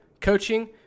coaching